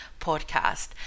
podcast